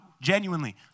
genuinely